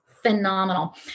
Phenomenal